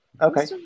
Okay